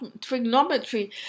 trigonometry